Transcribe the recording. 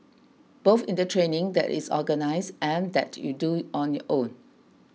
both in the training that is organised and that you do on your own